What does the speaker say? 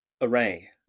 array